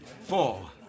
four